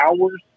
hours